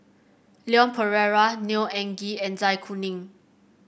Leon Perera Neo Anngee and Zai Kuning